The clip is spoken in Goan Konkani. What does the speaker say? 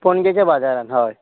पणजेच्या बाजारान हय